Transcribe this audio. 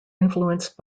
influenced